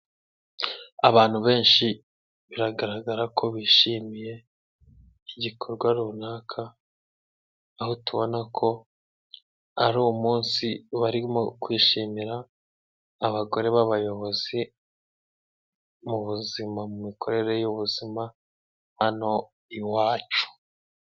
Abantu benshi biragaragara ko bishimiye igikorwa runaka, aho tubona ko ari umunsi barimo kwishimira abagore b'abayobozi mu buzima, mu mikorere y'ubuzima hano iwacu.